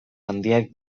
handiak